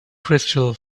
crystal